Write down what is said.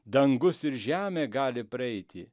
dangus ir žemė gali praeiti